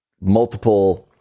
multiple